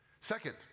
Second